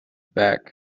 back